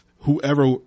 whoever